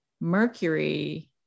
Mercury